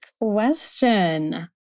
question